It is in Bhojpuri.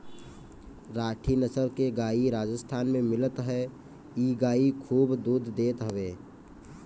राठी नसल के गाई राजस्थान में मिलत हअ इ गाई खूब दूध देत हवे